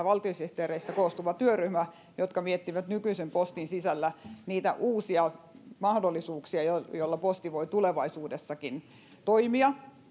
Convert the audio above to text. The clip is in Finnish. valtiosihteereistä koostuva työryhmä joka miettii nykyisen postin sisällä uusia mahdollisuuksia joilla posti voi tulevaisuudessakin toimia